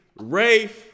Rafe